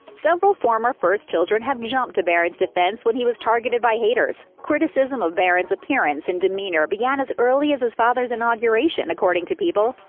several former first children have jumped to barron's defense when he was targeted by haters. criticism of barron's appearance and demeanor began as early as his father's inauguration, according to people.